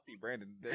Brandon